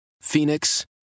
Phoenix